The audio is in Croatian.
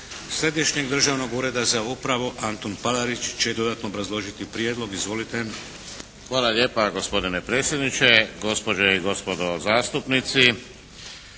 Središnjeg državnog ureda za upravu Antun Palarić će dodatno obrazložiti prijedlog. Izvolite. **Palarić, Antun** Hvala lijepa gospodine predsjedniče. Gospođe i gospodo zastupnici.